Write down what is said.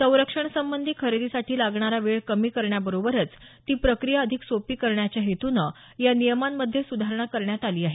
संरक्षणसंबंधी खरेदीसाठी लागणारा वेळ कमी करण्याबरोबरच ती प्रकिया अधिक सोपी करण्याच्या हेतूनं या नियमांमध्ये सुधारणा करण्यात आली आहे